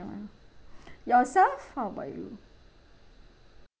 yourself how about you